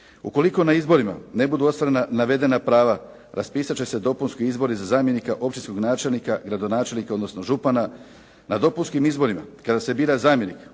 Ukoliko na izborima ne budu ostala navedena prava raspisati će se dopunski izbori za zamjenika općinskog načelnika, gradonačelnika, odnosno župana. Na dopunskim izborima kada se bira zamjenik